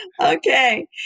Okay